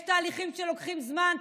יש תהליכים שלוקחים זמן,